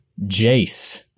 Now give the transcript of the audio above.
Jace